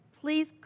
please